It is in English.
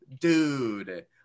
Dude